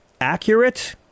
accurate